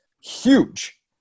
huge